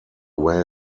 where